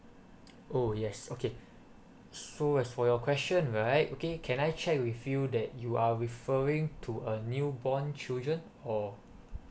oh yes okay so as for your question right okay can I check with you that you are referring to a new born children or